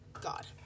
God